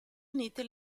uniti